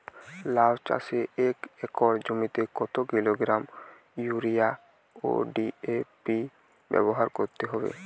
লাউ চাষে এক একর জমিতে কত কিলোগ্রাম ইউরিয়া ও ডি.এ.পি ব্যবহার করতে হবে?